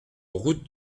route